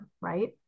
right